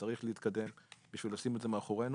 וצריך להתקדם בשביל לשים את זה מאחורינו